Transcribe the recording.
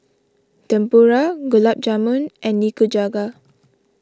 Tempura Gulab Jamun and Nikujaga